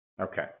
Okay